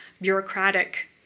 bureaucratic